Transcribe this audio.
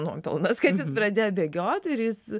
nuopelnas kad jis pradėjo bėgioti ir jis